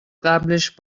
قبلش